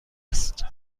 است